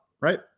right